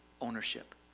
ownership